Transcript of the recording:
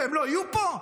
והם לא יהיו פה?